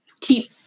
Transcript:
keep